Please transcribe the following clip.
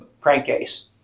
crankcase